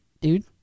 dude